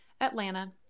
Atlanta